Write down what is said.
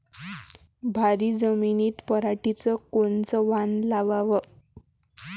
भारी जमिनीत पराटीचं कोनचं वान लावाव?